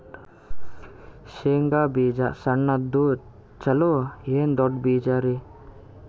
ಶೇಂಗಾ ಬೀಜ ಸಣ್ಣದು ಚಲೋ ಏನ್ ದೊಡ್ಡ ಬೀಜರಿ?